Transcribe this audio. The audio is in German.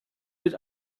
mit